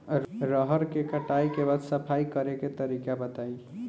रहर के कटाई के बाद सफाई करेके तरीका बताइ?